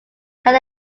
can